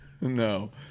No